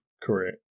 Correct